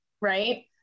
Right